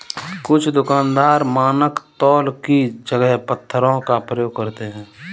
कुछ दुकानदार मानक तौल की जगह पत्थरों का प्रयोग करते हैं